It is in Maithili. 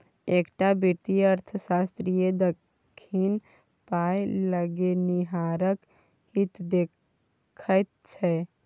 एकटा वित्तीय अर्थशास्त्री सदिखन पाय लगेनिहारक हित देखैत छै